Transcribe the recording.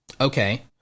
okay